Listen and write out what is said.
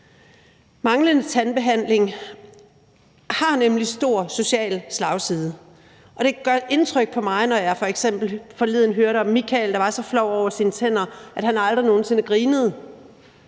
Manglende tandbehandling har nemlig stor social slagside. Det gør indtryk på mig, når jeg f.eks. forleden hørte om Michael, der var så flov over sine tænder, at han aldrig nogen sinde grinede.